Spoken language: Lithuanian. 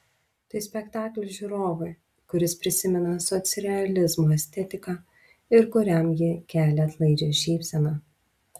tai spektaklis žiūrovui kuris prisimena socrealizmo estetiką ir kuriam ji kelia atlaidžią šypseną